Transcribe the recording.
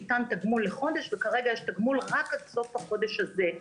ניתן תגמול לחודש וכרגע יש תגמול רק עד סוף החודש הזה,